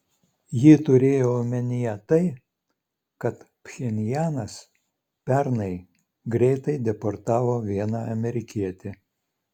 ji turėjo omenyje tai kad pchenjanas pernai greitai deportavo vieną amerikietį